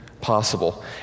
possible